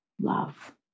love